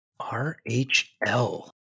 RHL